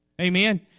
Amen